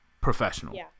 professional